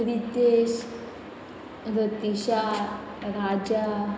Ritesh Ratisha Raja